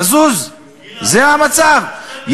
מזוז, זה המצב.